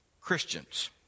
Christians